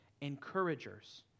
encouragers